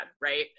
right